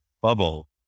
bubble